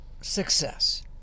success